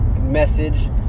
message